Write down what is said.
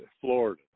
Florida